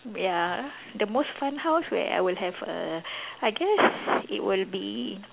ya the most fun house where I would have a I guess it will be